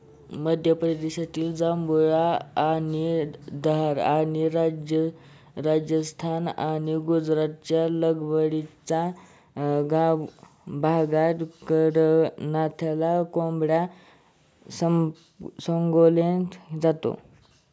मध्य प्रदेशातील झाबुआ आणि धार आणि राजस्थान आणि गुजरातच्या लगतच्या भागात कडकनाथ कोंबडा संगोपन केले जाते